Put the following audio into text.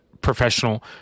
professional